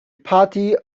party